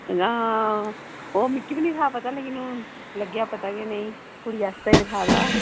हां ओह् मिकी बी नेईं हा पता हून लग्गी गेआ पता के नेईं कुड़ी आस्तै गै हा रखाए दा